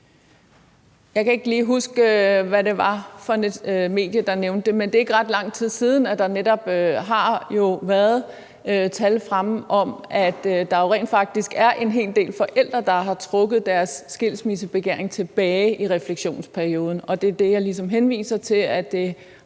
Jeg kan ikke lige huske, hvad det var for et medie, der nævnte dem. Men det er ikke ret lang tid siden, at der har været tal fremme om, at der rent faktisk er en hel del forældre, der har trukket deres skilsmissebegæring tilbage i refleksionsperioden. Det er det, jeg ligesom henviser til. Det